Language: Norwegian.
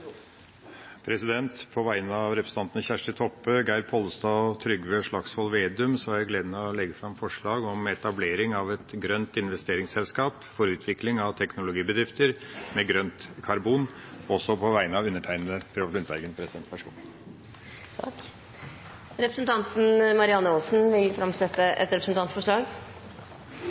På vegne av representantene Kjersti Toppe, Geir Pollestad, Trygve Slagsvold Vedum og meg sjøl har jeg gleden av å legge fram forslag om etablering av grønt investeringsselskap for utvikling av teknologibedrifter Representanten Marianne Aasen vil framsette et representantforslag. På vegne av